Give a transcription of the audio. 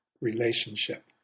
relationship